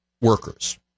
workers